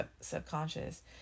subconscious